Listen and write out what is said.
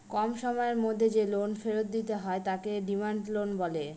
কম সময়ের মধ্যে যে লোন ফেরত দিতে হয় তাকে ডিমান্ড লোন বলে